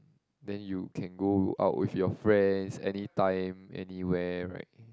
then you can go out with your friends anytime anywhere right